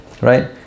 Right